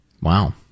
Wow